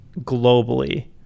globally